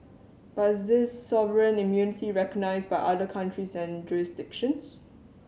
but is this sovereign immunity recognised by other countries and jurisdictions